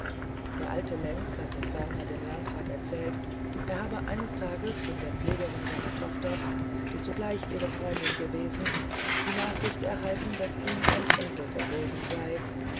der alte lenz hatte ferner dem landrat erzählt er habe eines tages von der pflegerin seiner tochter die zugleich ihre freundin gewesen die nachricht erhalten daß ihm ein enkel geboren sei